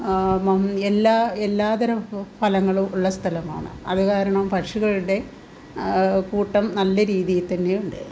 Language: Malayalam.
എല്ലാ എല്ലാതരം ഫ ഫലങ്ങളുള്ള സ്ഥലമാണ് അതു കാരണം പക്ഷികളുടെ കൂട്ടം നല്ലരീതിയിൽത്തന്നെയുണ്ട്